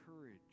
courage